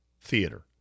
theater